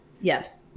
Yes